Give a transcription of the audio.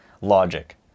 logic